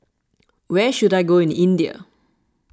where should I go in India